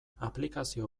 aplikazio